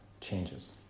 changes